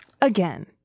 again